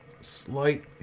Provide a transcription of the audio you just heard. slight